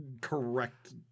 correct